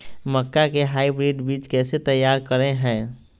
मक्का के हाइब्रिड बीज कैसे तैयार करय हैय?